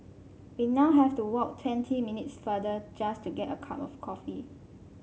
we now have to walk twenty minutes farther just to get a cup of coffee